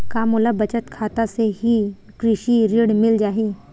का मोला बचत खाता से ही कृषि ऋण मिल जाहि?